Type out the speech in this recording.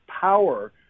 power